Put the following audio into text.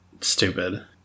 stupid